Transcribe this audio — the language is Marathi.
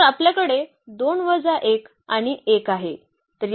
तर आपल्याकडे 2 वजा 1 आणि 1 आहे